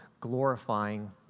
glorifying